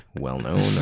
well-known